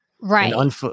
Right